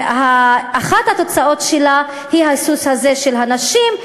אחת התוצאות שלה היא ההיסוס הזה של הנשים,